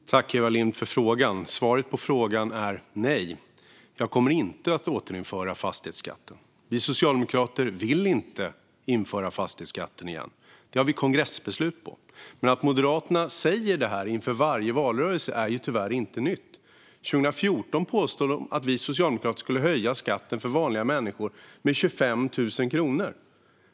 Fru talman! Jag tackar Eva Lindh för frågan. Svaret på frågan är nej. Jag kommer inte att återinföra fastighetsskatten. Vi socialdemokrater vill inte införa fastighetsskatten igen. Det har vi kongressbeslut på. Men att Moderaterna säger detta inför varje valrörelse är tyvärr ingenting nytt. År 2014 påstod de att vi socialdemokrater skulle höja skatten för vanliga människor med 25 000 kronor.